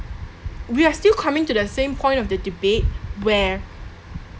we are still coming to the same point of the debate where